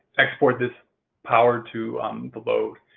export this power to the load.